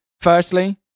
firstly